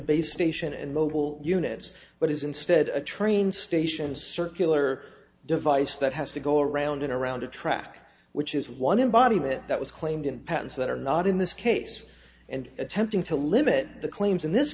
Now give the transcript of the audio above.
base station and mobile units but is instead a train station circular device that has to go around and around a track which is one embodiment that was claimed in patterns that are not in this case and attempting to limit the claims in this